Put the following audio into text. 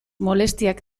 molestiak